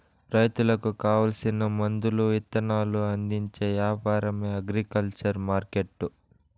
రైతులకు కావాల్సిన మందులు ఇత్తనాలు అందించే యాపారమే అగ్రికల్చర్ మార్కెట్టు